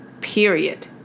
Period